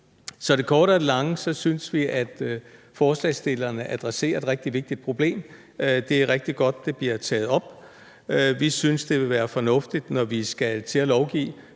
Det korte af det lange er, at vi synes, at forslagsstillerne adresserer et rigtig vigtigt problem, og det er rigtig godt, at det bliver taget op. Vi synes, det ville være rigtig fornuftigt, når vi skal til at lovgive